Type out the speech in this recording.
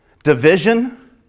Division